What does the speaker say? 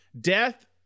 death